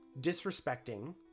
disrespecting